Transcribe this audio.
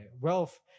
Wealth